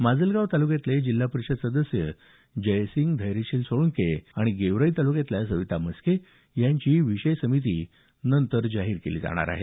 माजलगाव तालुक्यातले जिल्हा परिषद सदस्य जयसिंह धैर्यशील सोळंके आणि गेवराई तालुक्यातल्या सविता मस्के यांची विषय समिती नंतर जाहीर केली जाणार आहे